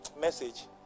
message